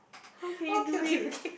how can you do it